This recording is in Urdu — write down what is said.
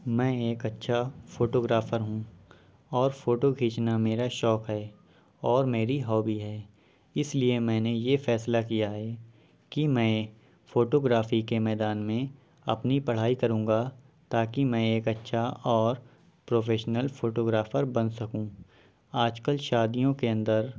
میں ایک اچھا فوٹوگرافر ہوں اور فوٹو کھینچنا میرا شوق ہے اور میری ہابی ہے اس لیے میں نے یہ فیصلہ کیا ہے کہ میں فوٹوگرافی کے میدان میں اپنی پڑھائی کروں گا تاکہ میں ایک اچھا اور پروفیشنل فوٹوگرافر بن سکوں آجکل شادیوں کے اندر